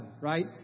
right